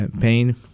pain